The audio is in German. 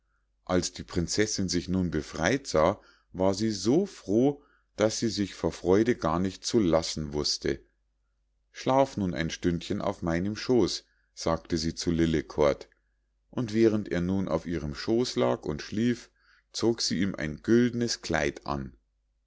als die prinzessinn sich nun befrei't sah war sie so froh daß sie sich vor freude gar nicht zu lassen wußte schlaf nun ein stündchen auf meinem schoß sagte sie zu lillekort und während er nun auf ihrem schoß lag und schlief zog sie ihm ein goldnes kleid an